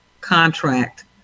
contract